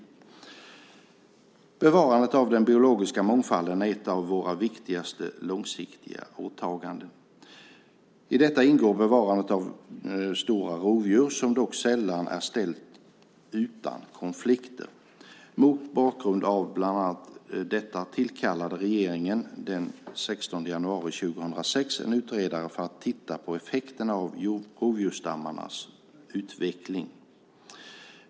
Bevarandet av den biologiska mångfalden är ett av våra viktigaste långsiktiga åtaganden. I detta ingår bevarandet av stora rovdjur, vilket dock sällan är ställt utan konflikter. Mot bakgrund av bland annat detta tillkallade regeringen den 16 januari 2006 en utredare för att titta på effekterna av rovdjursstammarnas utveckling .